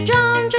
John